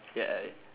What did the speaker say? ya